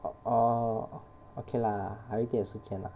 orh okay lah 还有一点时间 lah